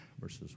verses